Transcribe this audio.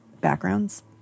backgrounds